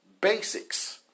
Basics